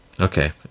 Okay